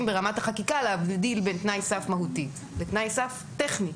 ברמת החקיקה להבדיל בין תנאי סף מהותי לתנאי סף טכני.